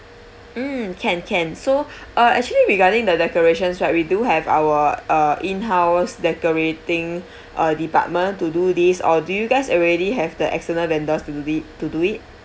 mm can can so uh actually regarding the decorations right we do have our uh in-house decorating uh department to do this or do you guys already have the external vendors to thi~ to do it